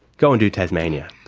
go and do tasmania!